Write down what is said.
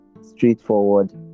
straightforward